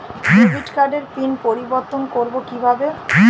Debit কার্ডের pin পরিবর্তন করবো কীভাবে?